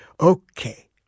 okay